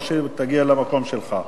או כשתגיע למקום שלך.